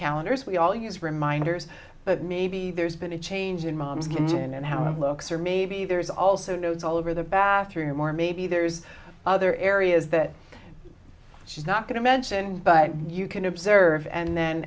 calendars we all use reminders but maybe there's been a change in mom's kitchen and how it looks or maybe there's also notes all over the bathroom or maybe there's other areas that she's not going to mention but you can observe and then